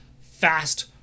fast